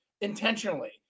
intentionally